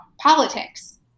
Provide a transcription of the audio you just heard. politics